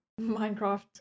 minecraft